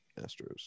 Astros